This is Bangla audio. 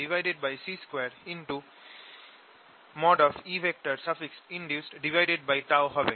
Binducedl1C2Einduced হবে